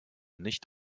nicht